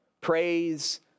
Praise